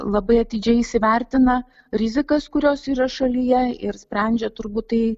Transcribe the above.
labai atidžiai įsivertina rizikas kurios yra šalyje ir sprendžia turbūt tai